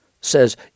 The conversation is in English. says